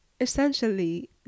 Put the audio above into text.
essentially